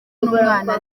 n’umwana